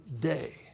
day